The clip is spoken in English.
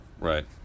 Right